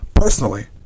personally